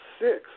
six